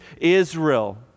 Israel